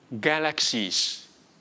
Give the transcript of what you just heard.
galaxies